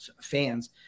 fans